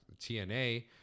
TNA